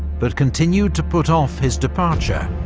but continued to put off his departure,